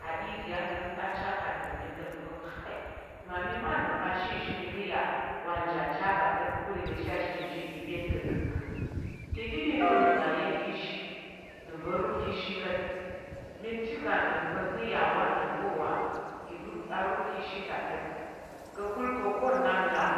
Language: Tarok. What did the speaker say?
A iri anəm acha ta ɗom mi ɗom pa kai mmami ma ndem pa ashin zhi mi ka̱ ya wa nji acha va̱ta̱ ka̱kul i ɗa̱mshi ashe nzhi ibyen pa̱ gənggəng ka̱ ɗiɗi te unəm ga nya̱m ka̱ ishi nəm va̱ rup ka̱ shi ka̱t mi cika nɗom pa̱ ka̱ ya wa ani va̱ wa i rup a rup ka̱ shi ta ka̱t ka̱kul pa̱ ka̱ nnap là